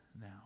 now